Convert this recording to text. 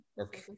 Okay